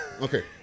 Okay